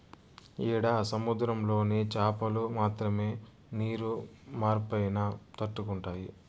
ఈడ సముద్రంలోని చాపలు మాత్రమే నీరు మార్పైనా తట్టుకుంటాయి